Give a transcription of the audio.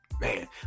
Man